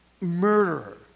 murderer